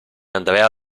andrea